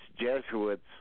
Jesuits